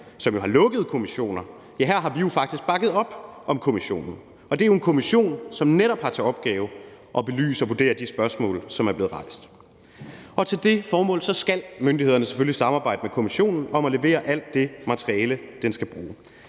jo har lukket kommissioner, faktisk har bakket op om kommissionen, og det er jo en kommission, som netop har til opgave at belyse og vurdere de spørgsmål, som er blevet rejst. Til det formål skal myndighederne selvfølgelig samarbejde med kommissionen om at levere alt det materiale, den skal bruge.